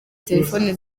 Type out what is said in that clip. telephone